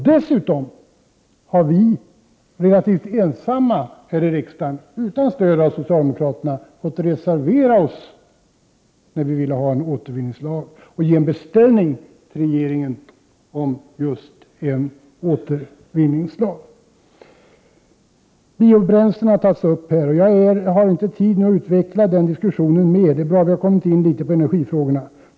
Dessutom har vi, relativt ensamma här i riksdagen, utan stöd av socialdemokraterna fått reservera oss till förmån för en beställning till regeringen av en återvinningslag. Biobränslena har tagits upp här. Jag har nu inte tid att utveckla den diskussionen ytterligare, men det är bra att vi har kommit in litet på energifrågorna.